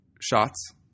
shots